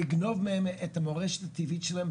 נגנוב מהם את המורשת הטבעית שלהם,